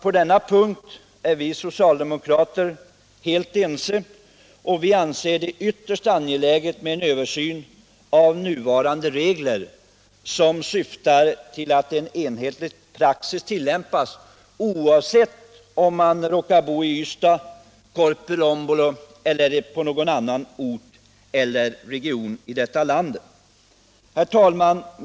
På denna punkt är vi socialdemokrater helt eniga, och vi anser att det är ytterst angeläget med en översyn av nuvarande regler, som syftar till att en enhetlig praxis tillämpas, oavsett om man råkar bo i Ystad, Korpilombolo eller annan ort eller region i landet. Herr talman!